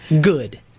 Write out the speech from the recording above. Good